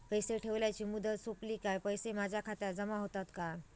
पैसे ठेवल्याची मुदत सोपली काय पैसे माझ्या खात्यात जमा होतात काय?